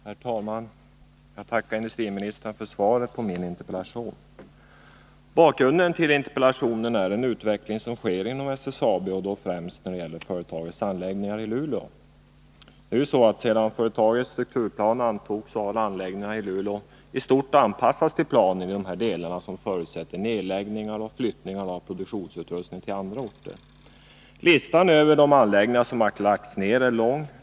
Herr talman! Jag tackar industriministern för svaret på min interpellation. Bakgrunden till interpellationen är den utveckling som sker inom SSAB, och då främst när det gäller företagets anläggningar i Luleå. Sedan företagets strukturplan antogs har anläggningarna i stort anpassats till planen i de delar som förutsätter nedläggningar och flyttning av produktionsutrustning till andra orter. Listan över anläggningar som lagts ner är lång.